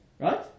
Right